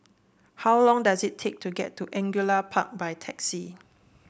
how long does it take to get to Angullia Park by taxi